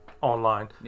online